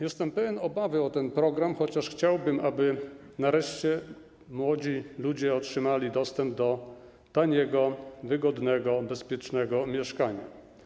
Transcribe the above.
Jestem pełen obaw o ten program, chociaż chciałbym, aby nareszcie młodzi ludzie otrzymali dostęp do tanich, wygodnych, bezpiecznych mieszkań.